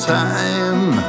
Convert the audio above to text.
time